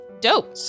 dope